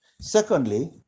secondly